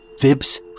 fibs